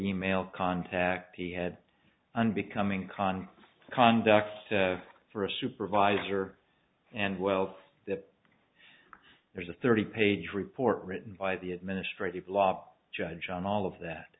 e mail contact he had unbecoming conduct conduct for a supervisor and wealth that there's a thirty page report written by the administrative law judge on all of that